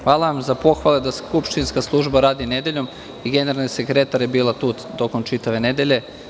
Hvala vam za pohvale da skupštinska služba radi nedeljom i generalni sekretar je bila tu tokom čitave nedelje.